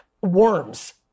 worms